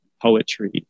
poetry